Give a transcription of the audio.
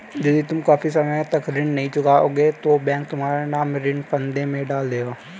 यदि तुम काफी समय तक ऋण नहीं चुकाओगे तो बैंक तुम्हारा नाम ऋण फंदे में डाल देगा